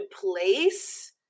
place